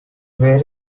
very